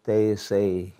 tai jisai